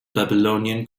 babylonian